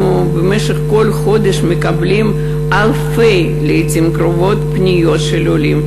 אנחנו בכל חודש מקבלים אלפי פניות של עולים,